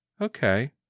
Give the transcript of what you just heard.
Okay